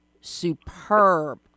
Superb